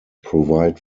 provide